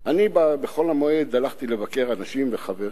בחול המועד הלכתי לבקר אנשים וחברים.